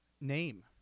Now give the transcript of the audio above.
name